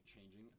changing